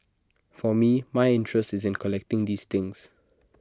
for me my interest is in collecting these things